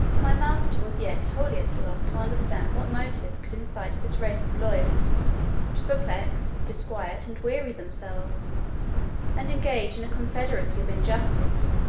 my master was yet wholly at a loss to understand what motives could incite this race of lawyers to perplex, disquiet, and weary themselves and engage in a confederacy of injustice,